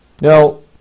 Now